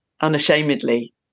unashamedly